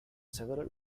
several